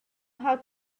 how